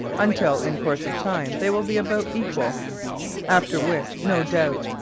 until, in course of time, they will be about equal after which, no doubt,